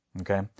Okay